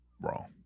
wrong